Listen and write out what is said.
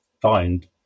find